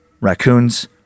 raccoons